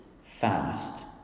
fast